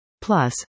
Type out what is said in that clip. Plus